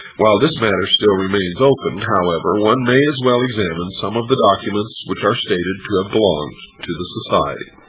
while this matter still remains open, however, one may as well examine some of the documents which are stated to have belonged to the society.